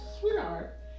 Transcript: sweetheart